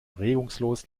regungslos